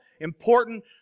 important